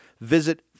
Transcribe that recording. Visit